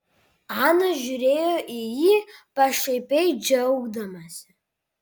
ana žiūrėjo į jį pašaipiai džiaugdamasi